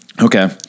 okay